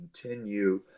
continue